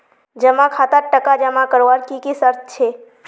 जमा खातात टका जमा करवार की की शर्त छे?